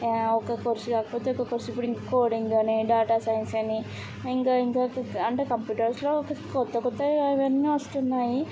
ఒక కోర్స్ కాకపోతే ఒక కోర్స్ ఇప్పుడు కోడింగ్ అని డేటా సైన్స్ అని ఇంకా ఇంకా అంటే కంప్యూటర్స్లో క్రొత్త క్రొత్తవి అవన్నీ వస్తున్నాయి